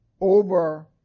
over